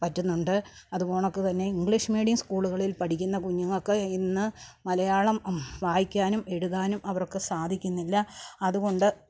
പറ്റുന്നുണ്ട് അത് പോൽ കണക്ക് തന്നെ ഇംഗ്ലീഷ് മീഡിയം സ്കൂളുകളിൽ പഠിക്കുന്ന കുഞ്ഞങ്ങൾക്ക് ഇന്ന് മലയാളം വായിക്കാനും എഴുതാനും അവർക്ക് സാധിക്കുന്നില്ല അതുകൊണ്ട്